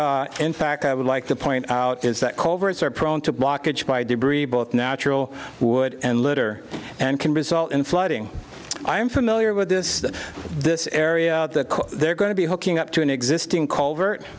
another in fact i would like to point out is that coverts are prone to blockage by debris both natural wood and litter and can result in flooding i am familiar with this this area that they're going to be hooking up to an existing culvert